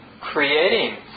creating